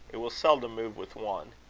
it will seldom move with one.